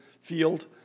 field